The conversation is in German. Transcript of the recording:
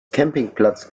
campingplatz